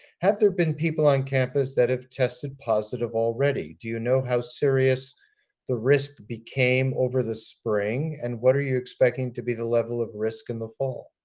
have there been people on campus that have tested positive already? do you know how serious the risk became over the spring and what are you expecting to be the level of risk in the fall?